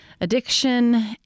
addiction